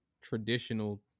traditional